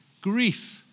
grief